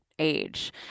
age